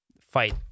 fight